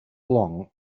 long